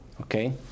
Okay